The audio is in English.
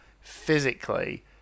physically